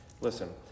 Listen